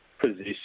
position